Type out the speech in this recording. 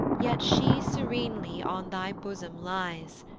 yet she serenely on thy bosom lies,